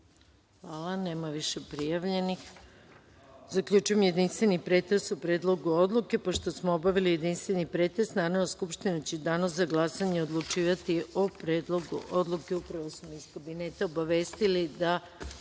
Hvala. Nema više prijavljenih. Zaključujem jedinstveni pretres o Predlogu odluke. Pošto smo obavili jedinstveni pretres, Narodna skupština će u danu za glasanje odlučivati o Predlogu odluke. Upravo